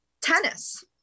Tennis